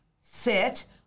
sit